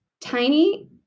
Tiny